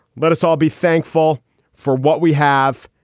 let us all be thankful for what we have.